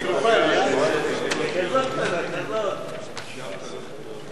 על-תנאי ממאסר (הוראת שעה)